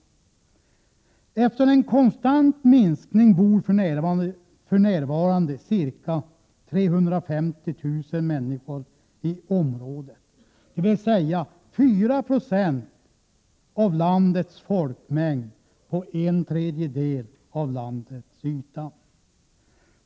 Efter en konstant minskning bor för närvarande ca 350 000 människor i området, dvs. 4 90 av landets folkmängd, på en tredjedel av landets yta.